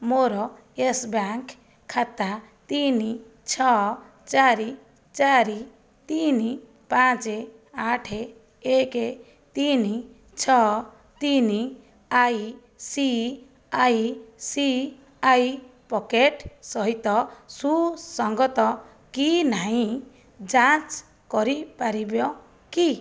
ମୋର Yes Bank ଖାତା ତିନି ଛଅ ଚାରି ଚାରି ତିନି ପାଞ୍ଚ ଆଠ ଏକ ତିନି ଛଅ ତିନି I C I C I pocket ସହିତ ସୁସଙ୍ଗତ କି ନାହିଁ ଯାଞ୍ଚ କରିପାରିବ କି